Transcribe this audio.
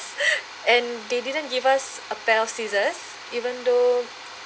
and they didn't give us a pair of scissors even though